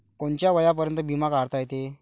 कोनच्या वयापर्यंत बिमा काढता येते?